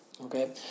Okay